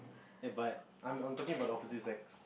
ya but I'm I'm talking about the opposite sex